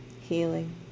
healing